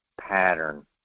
pattern